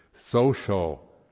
social